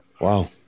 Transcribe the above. wow